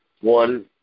One